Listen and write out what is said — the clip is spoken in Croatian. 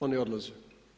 Oni odlaze.